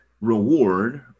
reward